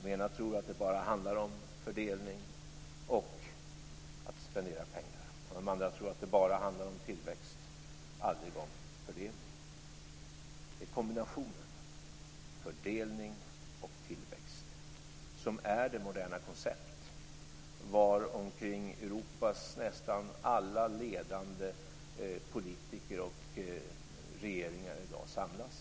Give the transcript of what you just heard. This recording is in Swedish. De första tror att det bara handlar om fördelning och att spendera pengar, och de andra tror att det bara handlar om tillväxt och aldrig om fördelning. Det är kombinationen fördelning och tillväxt som är det moderna koncept runtom vilket nästan alla Europas ledande politiker och regeringar i dag samlas.